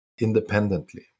independently